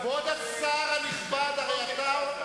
כבוד השר ארדן,